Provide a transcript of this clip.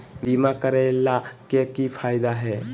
बीमा करैला के की फायदा है?